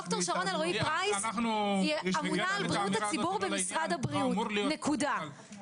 היא אמונה על בריאות הציבור במשרד הבריאות, נקודה.